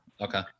Okay